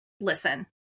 listen